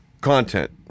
content